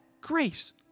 Grace